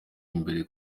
imbere